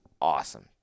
Awesome